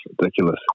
Ridiculous